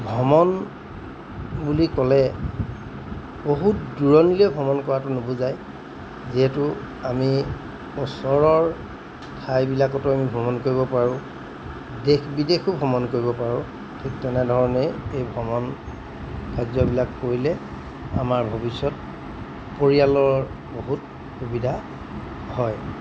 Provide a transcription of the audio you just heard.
ভ্ৰমণ বুলি ক'লে বহুত দূৰণিলেও ভ্ৰমণ কৰাটো নুবুজায় যিহেতু আমি ওচৰৰ ঠাইবিলাকতো আমি ভ্ৰমণ কৰিব পাৰোঁ দেশ বিদেশো ভ্ৰমণ কৰিব পাৰোঁ ঠিক তেনেধৰণেই এই ভ্ৰমণ কাৰ্যবিলাক কৰিলে আমাৰ ভৱিষ্যত পৰিয়ালৰ বহুত সুবিধা হয়